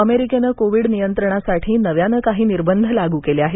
अमेरिकेनं कोविड नियंत्रणासाठी नव्यानं काही निर्बंध लागू केले आहेत